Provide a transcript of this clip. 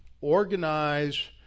organize